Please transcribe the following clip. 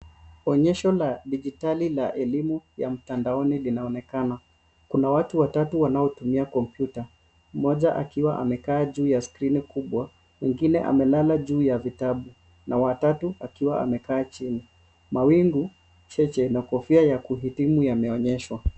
Onyesho la dijitali la elimu ya mtandaoni linaonekana. Kuna watu watatu wanaotumia kompyuta. Mmoja akiwa amekaa juu ya skrini kubwa, mwingine amelala juu ya vitabu, na wa tatu akiwa amekaa chini. Mawingu cheche na kofia ya kuhitimu yameonyeshwa.